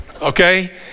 okay